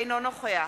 אינו נוכח